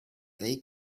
they